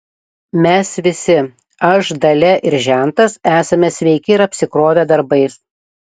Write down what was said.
mes visi aš dalia ir žentas esame sveiki ir apsikrovę darbais